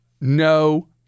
no